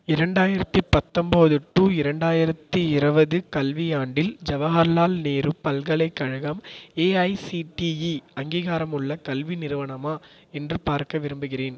இரண்டாயிரத்தி பத்தொன்போது டு இரண்டாயிரத்தி இருபது கல்வியாண்டில் ஜவஹர்லால் நேரு பல்கலைக்கழகம் ஏஐசிடிஇ அங்கீகாரமுள்ள கல்வி நிறுவனமா என்று பார்க்க விரும்புகிறேன்